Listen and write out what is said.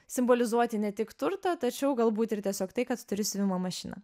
simbolizuoti ne tik turtą tačiau galbūt ir tiesiog tai kad turi siuvimo mašiną